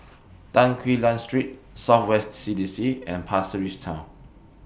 Tan Quee Lan Street South West C D C and Pasir Ris Town